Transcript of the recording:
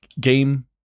game